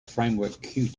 framework